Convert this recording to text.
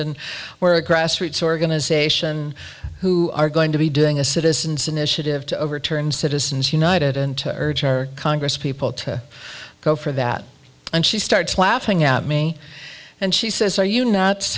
and wear a grassroots organization who are going to be doing a citizen's initiative to overturn citizens united and to urge our congresspeople to go for that and she starts laughing at me and she says are you n